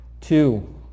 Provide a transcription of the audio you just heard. Two